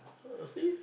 ah see